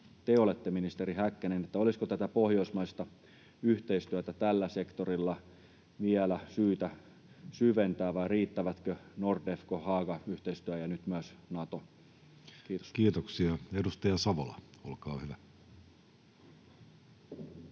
te olette, ministeri Häkkänen, olisiko tätä pohjoismaista yhteistyötä tällä sektorilla vielä syytä syventää, vai riittävätkö Nordefco- ja Haga-yhteistyö ja nyt myös Nato? — Kiitos. [Speech 396] Speaker: